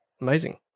amazing